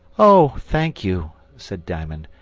oh! thank you, said diamond.